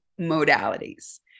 modalities